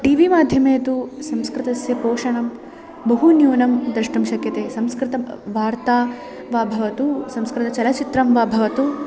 T वि माध्यमे तु संस्कृतस्य पोषणं बहु न्यूनं द्रष्टुं शक्यते संस्कृतवार्ता वा भवतु संस्कृतचलच्चित्रं वा भवतु